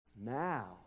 now